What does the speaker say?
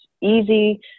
easy